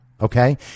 okay